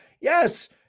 Yes